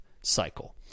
cycle